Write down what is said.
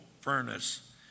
furnace